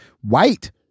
white